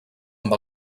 amb